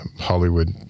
Hollywood